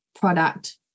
product